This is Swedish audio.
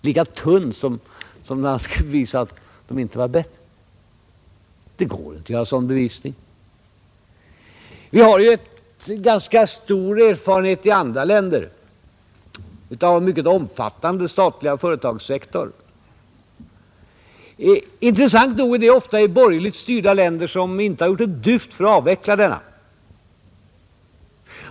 Det går inte att göra en sådan bevisning. I andra länder finns ganska stor erfarenhet av en mycket omfattande statlig företagssektor. Intressant nog är det ofta i borgerligt styrda länder, där man inte har gjort ett dyft för att avveckla den.